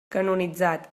canonitzat